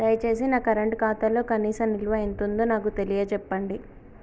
దయచేసి నా కరెంట్ ఖాతాలో కనీస నిల్వ ఎంతుందో నాకు తెలియచెప్పండి